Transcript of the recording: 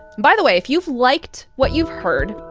by the way, if you've liked what you've heard,